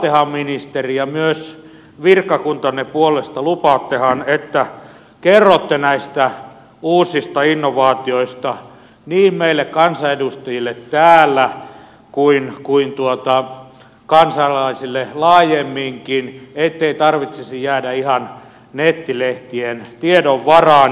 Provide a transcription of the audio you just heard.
lupaattehan ministeri ja lupaattehan myös virkakuntanne puolesta että kerrotte näistä uusista innovaatioista niin meille kansanedustajille täällä kuin kansalaisille laajemminkin ettei tarvitsisi jäädä ihan nettilehtien tiedon varaan